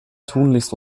tunlichst